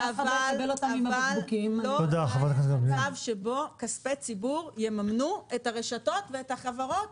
קשה אבל לא יהיה מצב שכספי ציבור יממנו את הרשתות ואת החברות